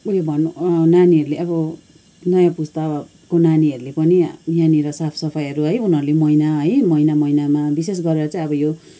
उयो भन्नु नानीहरूले अब नयाँ पुस्ताको नानीहरूले पनि यहाँनिर साफसफाइहरू है उनीहरूले महिना है महिना महिनामा विशेष गरेर चाहिँ अब यो